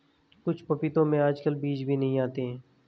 कुछ पपीतों में आजकल बीज भी नहीं आते हैं